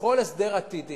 בכל הסדר עתידי,